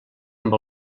amb